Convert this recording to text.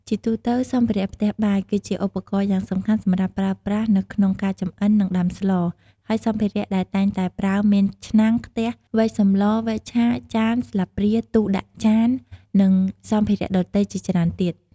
ជាទូទៅសម្ភារៈផ្ទះបាយ គឺជាឧបករណ៍យ៉ាងសំខាន់សម្រាប់ប្រើប្រាស់នៅក្នុងការចម្អិន និងដាំស្លរ ហើយសម្ភារៈដែលតែងតែប្រើមាន ឆ្នាំង ខ្ទះ វែកសម្ល វែកឆា ចាន ស្លាព្រា ទូរដាក់ចាន និងសម្ភារៈដទៃជាច្រើនទៀត។